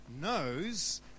knows